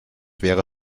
wäre